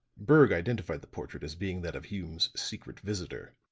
berg identified the portrait as being that of hume's secret visitor.